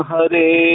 Hare